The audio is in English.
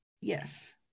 yes